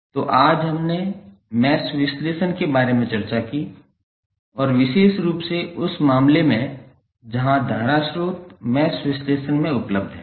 तो आज हमने मैश विश्लेषण के बारे में चर्चा की और विशेष रूप से उस मामले में जहां धारा स्रोत मैश विश्लेषण में उपलब्ध हैं